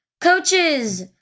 coaches